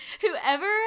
Whoever